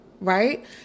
right